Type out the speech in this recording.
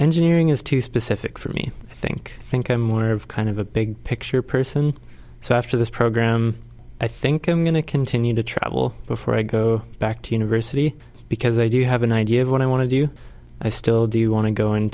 engineering is too specific for me think think i'm more of kind of a big picture person so after this program i think i'm going to continue to travel before i go back to university because i do have an idea of what i want to do i still do you want to go in